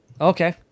Okay